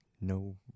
No